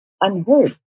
unheard